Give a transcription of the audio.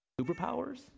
Superpowers